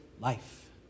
life